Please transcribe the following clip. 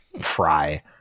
fry